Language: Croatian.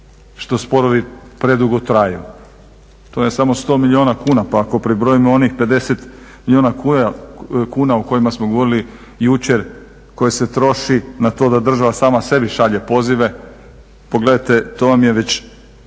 što sporovi predugo traju. To je samo 100 milijuna kuna, pa ako pribrojimo onih 50 milijuna kuna o kojima smo govorili jučer koje se troši na to da država sama sebi šalje pozive pogledajte to vam je već